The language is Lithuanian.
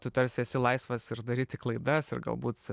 tu tarsi esi laisvas ir daryti klaidas ir galbūt